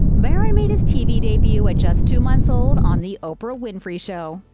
barron made his tv debut at just two months old on the oprah winfrey show.